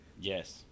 Yes